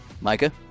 Micah